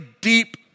deep